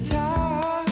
time